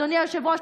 אדוני היושב-ראש,